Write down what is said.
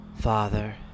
Father